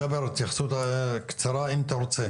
ג'אבר, התייחסות קצרה, אם אתה רוצה?